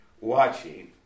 watching